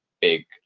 big